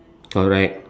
correct